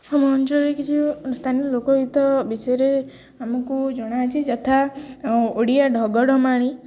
ଆମ ଅଞ୍ଚଳରେ କିଛି ସ୍ଥାନୀୟ ଲୋକଗୀତ ବିଷୟରେ ଆମକୁ ଜଣାଅଛି ଯଥା ଓଡ଼ିଆ ଢଗଢ଼ମାଳି